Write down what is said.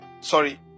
sorry